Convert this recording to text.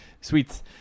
Sweet